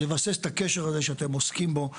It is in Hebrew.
לבסס את הקשר הזה שאתם עוסקים בו,